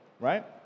right